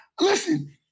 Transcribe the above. listen